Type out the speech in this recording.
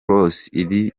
burundi